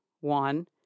One